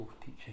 teaching